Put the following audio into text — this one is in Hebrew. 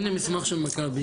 הנה מסמך של מכבי.